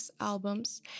albums